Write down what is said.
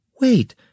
Wait